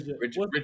Richard